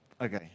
Okay